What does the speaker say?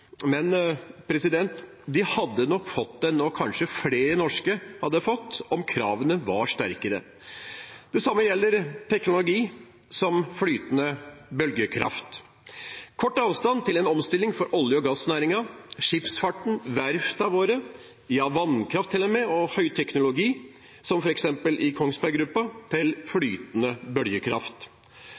men de hadde nok fått den – og kanskje flere norske hadde fått – om kravene var strengere. Det samme gjelder for teknologi som flytende vindkraft. Når det gjelder omstilling, er det kort avstand for olje- og gassnæringen, for skipsfarten, for verftene våre, ja til og med for vannkraft og høyteknologi som f.eks. i Kongsberg Gruppen, til flytende